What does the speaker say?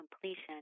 completion